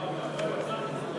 הכול תקין,